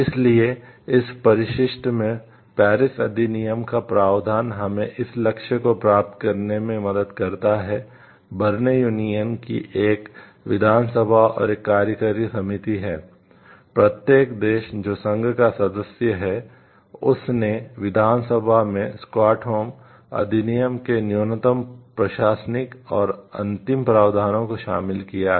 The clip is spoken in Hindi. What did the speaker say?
इसलिए इस परिशिष्ट में पेरिस अधिनियम के न्यूनतम प्रशासनिक और अंतिम प्रावधानों को शामिल किया है